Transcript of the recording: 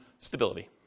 Stability